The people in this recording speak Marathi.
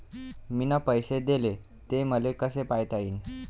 मिन पैसे देले, ते मले कसे पायता येईन?